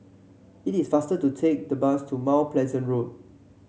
it is faster to take the bus to Mount Pleasant Road